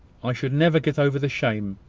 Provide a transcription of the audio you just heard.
i should never get over the shame.